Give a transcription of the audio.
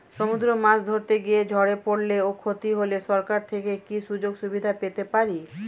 সমুদ্রে মাছ ধরতে গিয়ে ঝড়ে পরলে ও ক্ষতি হলে সরকার থেকে কি সুযোগ সুবিধা পেতে পারি?